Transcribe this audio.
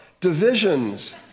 divisions